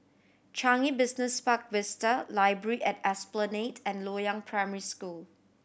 Changi Business Park Vista Library at Esplanade and Loyang Primary School